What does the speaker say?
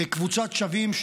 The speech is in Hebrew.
קבוצת שווים,